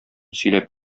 сөйләп